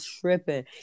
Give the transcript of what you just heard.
tripping